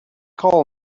call